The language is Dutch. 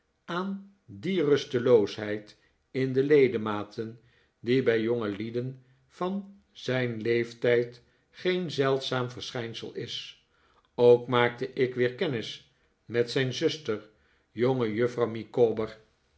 aan die rusteloosheid in de ledematen die bij jongelieden van zijn leeftijd geen zeldzaam verschijnsel is ook maakte ik weer kennis met zijn zuster jongejuffrouw micawber